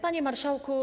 Panie Marszałku!